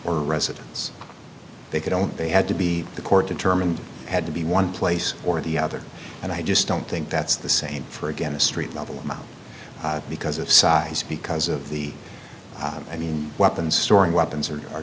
a residence they could own they had to be the court determined had to be one place or the other and i just don't think that's the same for again a street level not because of size because of the i mean weapons storing weapons or are